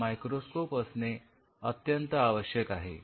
आणि म्हणूनच मायक्रोस्कोप असणे अत्यंत आवश्यक आहे